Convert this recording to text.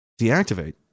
deactivate